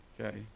Okay